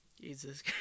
Jesus